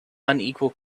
unequal